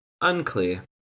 Unclear